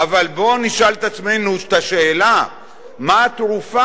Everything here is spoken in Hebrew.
אבל בוא נשאל את עצמנו את השאלה מה התרופה.